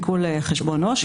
עיקול חשבון עו"ש.